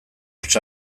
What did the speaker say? hots